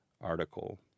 article